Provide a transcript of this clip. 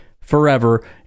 forever